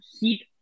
heat